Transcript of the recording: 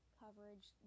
coverage